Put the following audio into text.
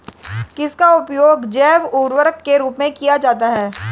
किसका उपयोग जैव उर्वरक के रूप में किया जाता है?